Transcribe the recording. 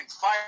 fire